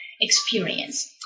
experience